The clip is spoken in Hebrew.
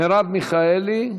מרב מיכאלי?